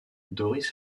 doris